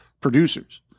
producers